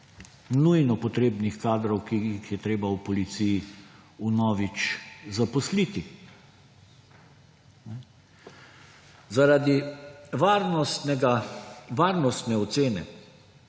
nujno potrebnih kadrov, ki jih je treba v policiji vnovič zaposliti. Zaradi varnostne ocene